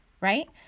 right